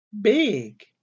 Big